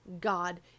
God